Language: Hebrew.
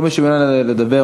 כל מי שמעוניין לדבר,